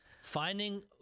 Finding